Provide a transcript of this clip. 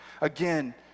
Again